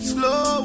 Slow